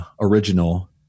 original